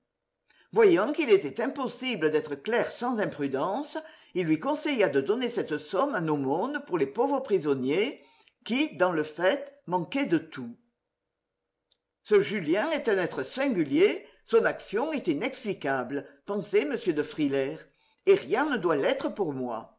voyant qu'il était impossible d'être clair sans imprudence il lui conseilla de donner cette somme en aumône pour les pauvres prisonniers qui dans le fait manquaient de tout ce julien est un être singulier son action est inexplicable pensait m de frilair et rien ne doit l'être pour moi